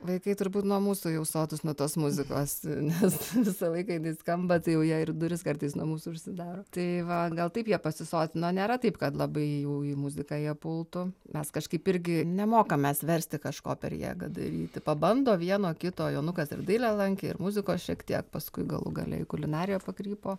vaikai turbūt nuo mūsų jau sotūs nuo tos muzikos nes visą laiką jinai skamba tai jau jie ir duris kartais nuo mūsų užsidaro tai va gal taip jie pasisotino nėra taip kad labai jau į muziką jie pultų mes kažkaip irgi nemokam mes versti kažko per jėgą daryti pabando vieno kito jonukas ir dailę lankė ir muzikos šiek tiek paskui galų gale į kulinariją pakrypo